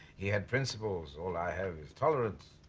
he had principles all i have is tolerance.